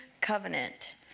covenant